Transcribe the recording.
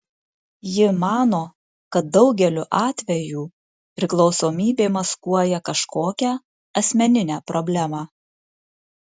ji mano kad daugeliu atveju priklausomybė maskuoja kažkokią asmeninę problemą